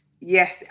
Yes